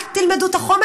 אל תלמדו את החומר.